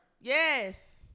Yes